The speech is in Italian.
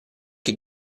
che